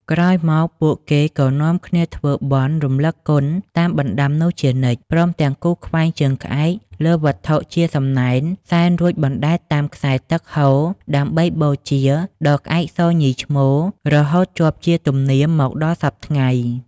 ក្រោយមក ពួកគេក៏នាំគ្នាធ្វើបុណ្យរំលឹកគុណតាមបណ្ដាំនោះជានិច្ច ព្រមទាំងគូសខ្វែងជើងក្អែកលើវត្ថុជាសំណែន សែនរួចបណ្ដែតតាមខ្សែទឹកហូរ ដើម្បីបូជាដល់ក្អែកសញីឈ្មោល រហូតជាប់ជាទំនៀមមកដល់សព្វថ្ងៃ។